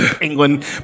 England